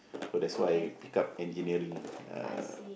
so that's why I pick up Engineering uh